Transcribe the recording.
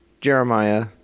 Jeremiah